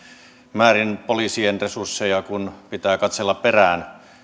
määrin poliisien resursseja kun pitää katsella perään